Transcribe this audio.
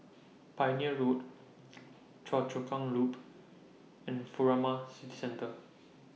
Pioneer Road Choa Chu Kang Loop and Furama City Centre